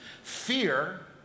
Fear